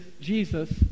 Jesus